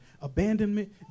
abandonment